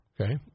Okay